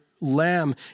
lamb